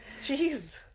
jeez